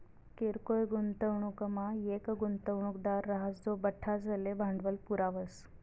किरकोय गुंतवणूकमा येक गुंतवणूकदार राहस जो बठ्ठासले भांडवल पुरावस